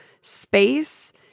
space